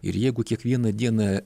ir jeigu kiekvieną dieną